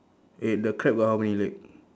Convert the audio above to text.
eh the crab got how many leg